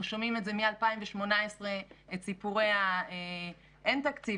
אנחנו שומעים מ-2018 את סיפורי האין תקציב,